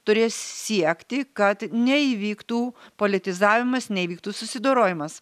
turės siekti kad neįvyktų politizavimas neįvyktų susidorojimas